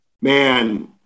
man